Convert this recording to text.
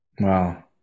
Wow